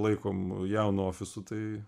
laikom jaunu ofisu tai